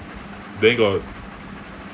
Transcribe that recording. then got